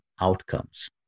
outcomes